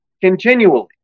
continually